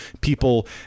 people